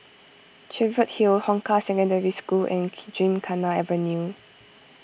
Cheviot Hill Hong Kah Secondary School and Gymkhana Avenue